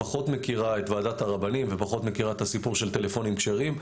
פחות מכירה את ועדת הרבנים ופחות מכירה את הסיפור של טלפונים כשרים.